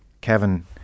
Kevin